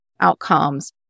outcomes